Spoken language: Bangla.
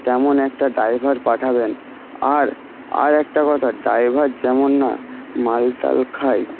তেমন একটা ড্রাইভার পাঠাবেন আর আর একটা কথা ড্রাইভার যেমন না মালটাল খায়